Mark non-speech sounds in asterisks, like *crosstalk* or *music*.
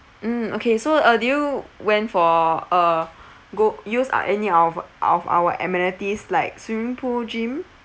mm okay so uh do you went for uh *breath* go use uh any of of our amenities like swimming pool gym